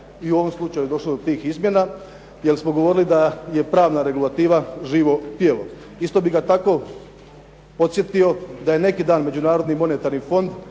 i u ovom slučaju došlo do tih izmjena, jer smo govorili da je pravna regulativa živo tijelo. Isto bih ga tako podsjetio da je neki dan Međunarodni monetarni fond